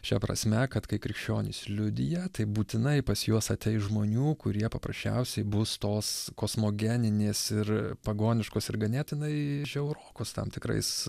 šia prasme kad kai krikščionys liudija tai būtinai pas juos ateis žmonių kurie paprasčiausiai bus tos kosmogeninės ir pagoniškos ir ganėtinai žiaurokos tam tikrais